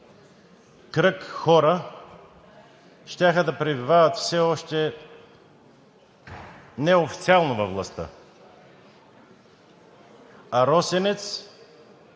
кръг хора щяха да пребивават все още неофициално във властта. А „Росенец“